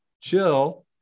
Chill